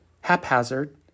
haphazard